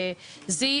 Z,